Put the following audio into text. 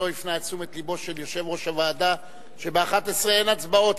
לא הפנה את תשומת לבו של יושב-ראש הוועדה שב-11:00 אין הצבעות,